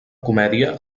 comèdia